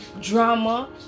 drama